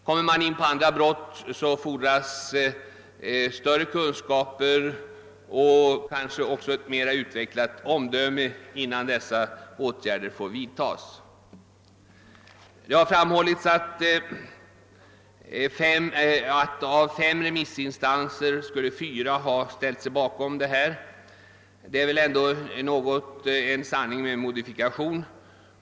Om man kommer in på andra brott, erfordras större kunskaper och kanske också ett mera utvecklat omdöme innan tvångsåtgärder får vidtagas. Man framhöll också att av fem remissinstanser fyra skulle ha ställt sig bakom förslaget. Detta är nog en sanning med modifikation.